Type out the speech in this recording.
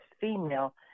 female